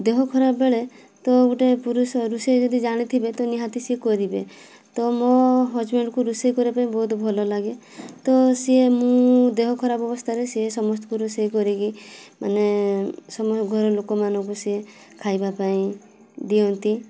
ଦେହ ଖରାପ ବେଳେ ତ ଗୋଟେ ପୁରୁଷ ରୋଷେଇ ଯଦି ଜାଣିଥିବେ ନିହାତି ସେ କରିବେ ତ ମୋ ହଜବ୍ୟାଣ୍ଡ୍କୁ ରୋଷେଇ କରିବାକୁ ବହୁତ ଭଲ ଲାଗେ ତ ସିଏ ମୁଁ ଦେହ ଖରାପ ଅବସ୍ଥାରେ ସେ ସମସ୍ତଙ୍କୁ ରୋଷେଇ କରିକି ମାନେ ଘରଲୋକ ମାନଙ୍କୁ ସେ ଖାଇବା ପାଇଁ ଦିଅନ୍ତି